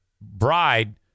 bride